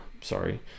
sorry